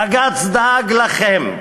בג"ץ דאג לכם.